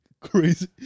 crazy